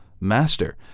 master